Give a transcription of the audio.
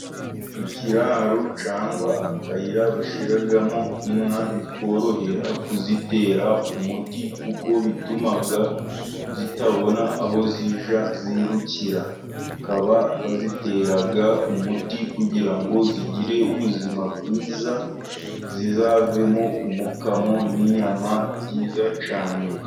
Ikiraro cyangwa akayira bashyiramo inka, bikorohera kuzitera umuti kuko bituma zitabona aho zijya zirukira, bakaba bazitera umuti kugira ngo zigire ubuzima bwiza, zizavemo umukamo n'inyama byiza cyane.